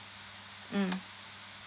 mm